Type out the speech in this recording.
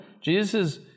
Jesus